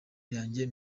yanjye